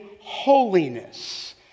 holiness